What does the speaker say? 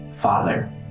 Father